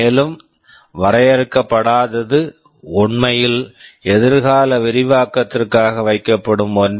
மேலும் வரையறுக்கப்படாதது உண்மையில் எதிர்கால விரிவாக்கத்திற்காக வைக்கப்படும் ஒன்று